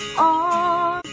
on